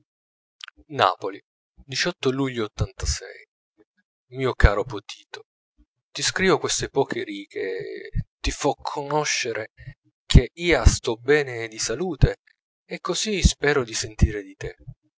napoli luglio mio caro potito ti scrivo queste poche riche ti fo conosciere che ia sto bene di salute e così spero di sentire di te